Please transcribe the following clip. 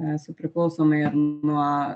esu priklausoma ir nuo